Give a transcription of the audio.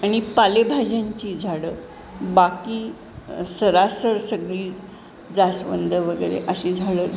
आणि पालेभाज्यांची झाडं बाकी सरासर सगळी जास्वंद वगैरे अशी झाडं